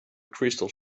crystal